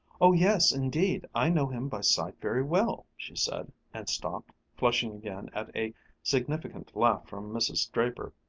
oh yes, indeed i know him by sight very well, she said and stopped, flushing again at a significant laugh from mrs. draper.